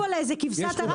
הולכים פה לאיזה כבשת הרש,